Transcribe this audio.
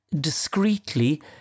discreetly